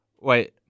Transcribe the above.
wait